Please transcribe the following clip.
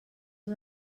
els